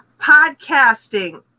podcasting